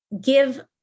give